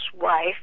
wife